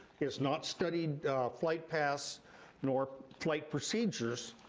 he has not studied flight paths nor flight procedures,